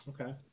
Okay